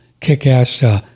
kick-ass